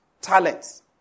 talents